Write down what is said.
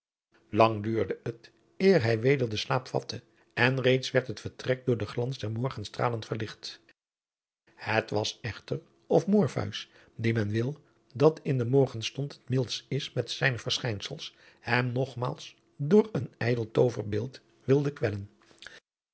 lang duurde het eer hij weder den slaap vatte en reeds werd het vertrek door den glans der morgenstralen verlicht het was echter of morpheus die men wil dat in den morgenstond het mildst is met zijne verschijnsels hem nogmaals door een ijdel tooverbeeld wilde kwellen